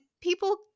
people